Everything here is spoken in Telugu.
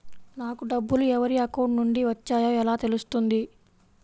నాకు డబ్బులు ఎవరి అకౌంట్ నుండి వచ్చాయో ఎలా తెలుస్తుంది?